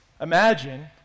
Imagine